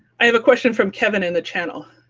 i have a question from kevin in the channel.